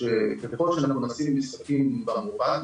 שככול שאנחנו נשים משחקים במובייל,